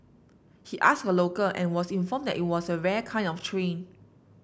he asked a local and was informed that it was a a rare kind of train